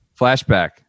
Flashback